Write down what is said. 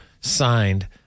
signed